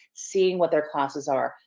seeing what their classes are,